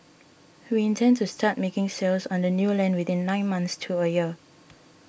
we intend to start making sales on the new land within nine months to a year